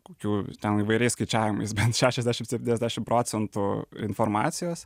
kokių ten įvairiais skaičiavimais bent šešiasdešim septyniasdešim procentų informacijos